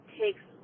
takes